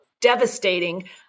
devastating